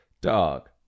Dog